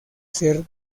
ser